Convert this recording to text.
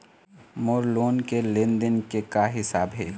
मोर loan के लेन देन के का हिसाब हे?